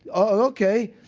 ok.